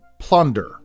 plunder